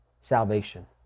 salvation